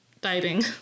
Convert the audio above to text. diving